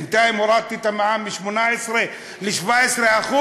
בינתיים הורדתי את המע"מ מ-18% ל-17%,